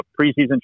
preseason